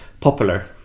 popular